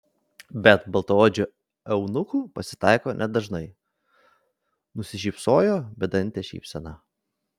bet baltaodžių eunuchų pasitaiko nedažnai nusišypsojo bedante šypsena